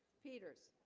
peters